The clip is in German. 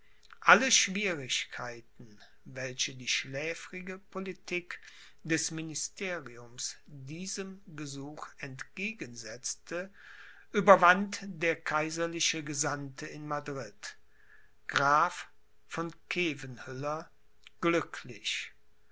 alle schwierigkeiten welche die schläfrige politik des ministeriums diesem gesuch entgegensetzte überwand der kaiserliche gesandte in madrid graf von khevenhüller glücklich